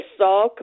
Salk